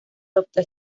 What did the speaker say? adoptó